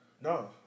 No